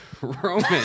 Roman